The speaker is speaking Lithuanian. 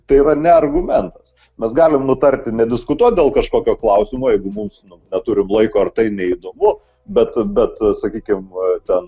tai yra ne argumentas mes galim nutarti nediskutuot dėl kažkokio klausimo jeigu mums neturim laiko ar tai neįdomu bet bet sakykim ten